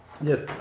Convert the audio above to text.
Yes